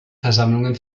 versammlungen